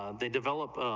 ah they develop, ah